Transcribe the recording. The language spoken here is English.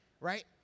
right